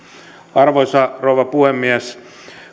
arvoisa rouva puhemies